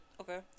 Okay